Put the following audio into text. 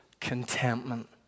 contentment